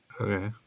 Okay